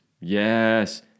Yes